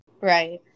Right